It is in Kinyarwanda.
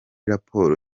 raporo